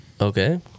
Okay